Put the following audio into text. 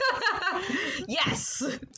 Yes